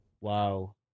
Wow